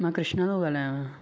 मां कृष्ना थो ॻाल्हायांव